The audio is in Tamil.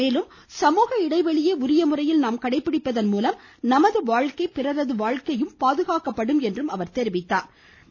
மேலும் சமூக இடைவெளியை உரியமுறையில் நாம் கடைபிடிப்பதன் மூலம் நமது வாழ்க்கை பிறரது வாழ்க்கையும் பாதுகாக்கப்படும் என்று கூறியுள்ளார்